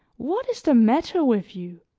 what is the matter with you?